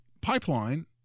pipeline